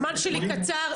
הזמן שלי קצר,